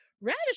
radish